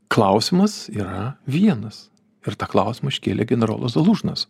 klausimas yra vienas ir tą klausimą iškėlė generolas zalužnas